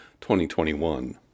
2021